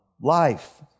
Life